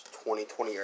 2020